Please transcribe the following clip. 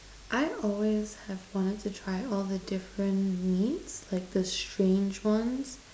I always have wanted to try all the different meats like the strange ones